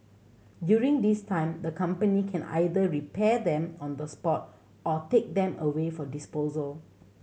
during this time the company can either repair them on the spot or take them away for disposal